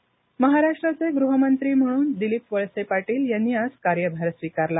वळसे पाटील महाराष्ट्राचे गृह मंत्री म्हणून दिलीप वळसे पाटील यांनी आज कार्यभार स्वीकारला